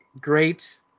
great